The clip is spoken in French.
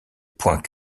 point